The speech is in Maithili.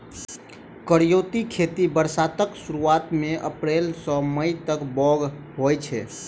करियौती खेती बरसातक सुरुआत मे अप्रैल सँ मई तक बाउग होइ छै